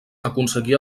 aconseguir